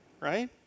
right